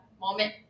moment